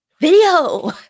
video